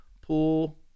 pool